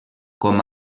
com